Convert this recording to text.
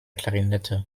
klarinette